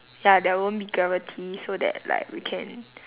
ya there won't be gravity so that like we can